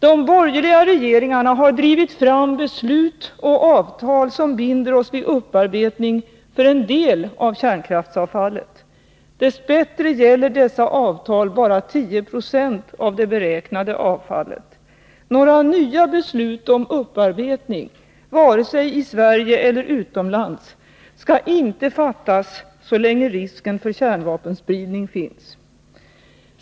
De borgerliga regeringarna har drivit fram beslut och avtal som binder oss vid upparbetning för en del av kärnkraftsavfallet. Dessbättre gäller dessa avtal bara 10 96 av det beräknade avfallet. Några nya beslut om upparbetning — vare sig i Sverige eller utomlands — skall inte fattas så länge risken för kärnvapenspridning finns.